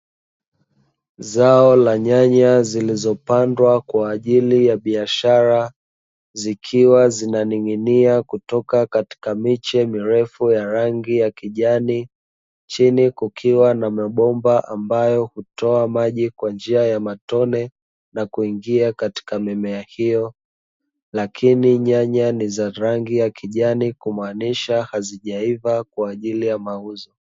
Zao la nyanya zilizopandwa kwa ajili ya biashara, zikiwa zinaning'inia kutoka katika miche mirefu ya rangi ya kijani, chini kukiwa na mabomba ambayo hutoa maji kwa njia ya matone na kuingia katika mimea hiyo. Lakini nyanya ni za rangi ya kijani kumaanisha hazijaiva kwa ajili ya mauzo.